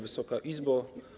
Wysoka Izbo!